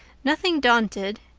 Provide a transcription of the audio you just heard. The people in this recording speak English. nothing daunted,